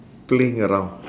playing around